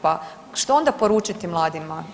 Pa što onda poručiti mladima.